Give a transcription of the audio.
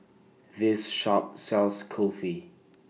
This Shop sells Kulfi